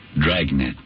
Dragnet